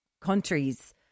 Countries